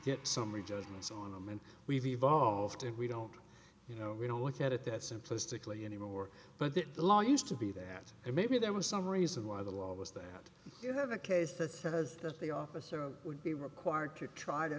get summary judgments on them and we've evolved and we don't you know we don't look at it that simplistically anymore but that the law used to be that maybe there was some reason why the law was that you have a case that says that the officer would be required to try to